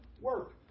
work